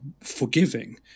forgiving